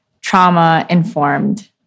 trauma-informed